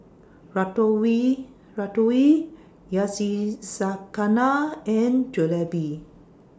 Ratatouille Ratatouille and Jalebi